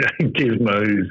gizmos